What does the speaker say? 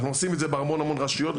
אנחנו עושים את זה בהמון המון רשויות,